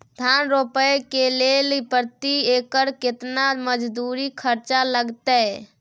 धान रोपय के लेल प्रति एकर केतना मजदूरी खर्चा लागतेय?